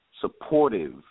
supportive